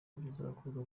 bizakorwa